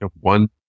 one